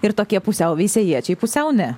ir tokie pusiau veisiejiečiai pusiau ne